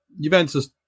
Juventus